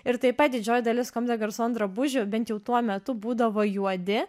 ir taip pat didžioji dalis comme des garcons drabužių bent jau tuo metu būdavo juodi